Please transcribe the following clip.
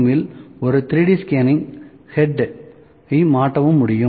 M இல் ஒரு 3D scanning head ஐ மாட்டவும் முடியும்